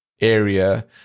area